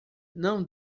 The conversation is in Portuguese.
não